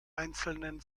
einzelnen